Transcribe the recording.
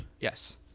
Yes